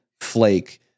flake